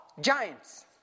giants